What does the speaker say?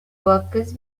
workers